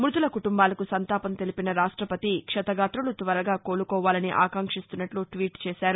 మ్బతుల కుటుంబాలకు సంతాపం తెలిపిన రాష్టపతి క్షతగాతులు త్వరగా కోలుకోవాలని ఆకాంక్షిస్తున్నట్టు ట్వీట్ చేశారు